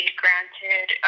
granted